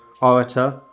orator